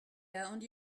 and